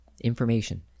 information